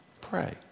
pray